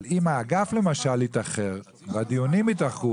אבל אם האגף למשל התאחר והדיונים התאחרו